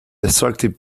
destructive